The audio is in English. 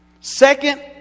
Second